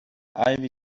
ivy